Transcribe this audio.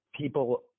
People